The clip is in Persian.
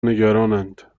نگرانند